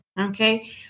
okay